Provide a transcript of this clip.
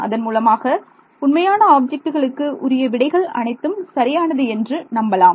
அதன் மூலமாக உண்மையான ஆப்ஜெக்ட்டுகளுக்கு உரிய விடைகள் அனைத்தும் சரியானது என்று நம்பலாம்